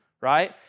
right